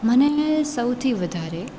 મને સૌથી વધારે